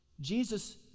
Jesus